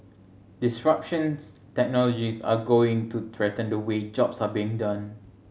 disruptions technologies are going to threaten the way jobs are being done